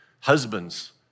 husbands